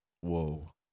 Whoa